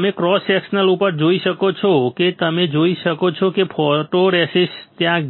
તમે cross section ઉપર જોઈ શકો છો કે તમે જોઈ શકો છો કે ફોટોરેસિસ્ટ ત્યાં